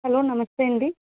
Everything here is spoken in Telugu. హలో నమస్తే అండి